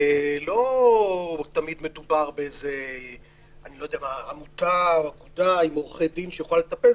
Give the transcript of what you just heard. לא תמיד מדובר בעמותה או אגודה עם עורכי דין שיכולה לטפל.